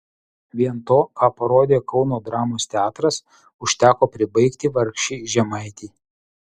vien to ką parodė kauno dramos teatras užteko pribaigti vargšei žemaitei